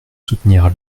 soutenir